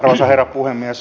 arvoisa herra puhemies